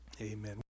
Amen